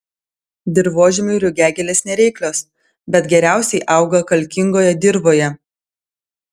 dirvožemiui rugiagėlės nereiklios bet geriausiai auga kalkingoje dirvoje